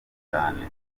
nta